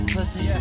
Pussy